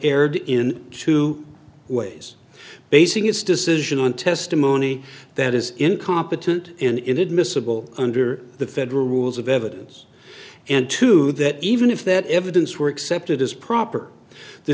erred in two ways basing its decision on testimony that is incompetent and inadmissible under the federal rules of evidence and two that even if that evidence were accepted as proper the